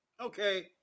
Okay